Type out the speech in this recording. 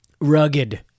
rugged